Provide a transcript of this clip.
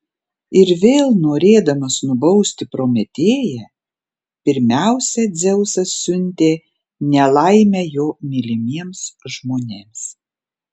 ir vėl norėdamas nubausti prometėją pirmiausia dzeusas siuntė nelaimę jo mylimiems žmonėms